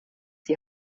die